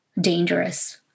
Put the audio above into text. dangerous